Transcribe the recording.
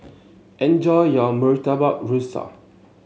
enjoy your Murtabak Rusa